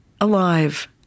Alive